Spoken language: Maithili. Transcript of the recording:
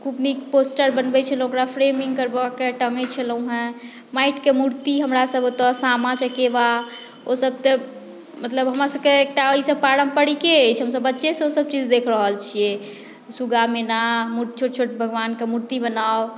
खुब नीक पोस्टर बनबै छलहुँ ओकरा फ़्रेमिंग करवाकेँ टँगै छलहुँ हँ माटिके मुर्ति हमरा सभ ओतऽ सामा चकेवा ओ सभ तऽ मतलब हमरा सभके एकटा ओहिसे पारम्परिके अछि हमसभ बच्चेसँ ई सभ चीज देख रहल छी शुगा मैना छोट छोट भगवानके मुर्ति बनाउ